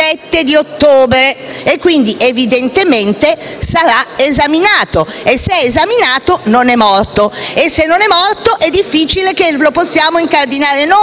sarà esaminato e se è esaminato non è morto e se non è morto è difficile che lo possiamo incardinare noi. Infatti, anche in altri momenti